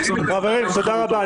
--- חברים, תודה רבה.